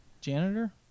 Janitor